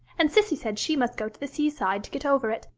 and cissy said she must go to the seaside to get over it,